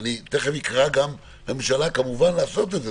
אני כמובן אקרא לממשלה לעשות את זה,